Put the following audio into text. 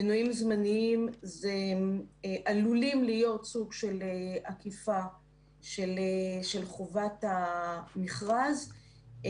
מינויים זמניים עלולים להיות סוג של עקיפה של חובת המכרז.